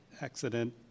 accident